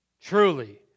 Truly